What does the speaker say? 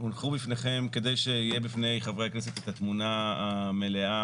כדי שיהיה בפני חברי הכנסת את התמונה המלאה